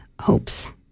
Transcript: hopes